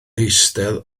eistedd